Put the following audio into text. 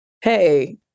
hey